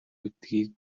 гэдгийг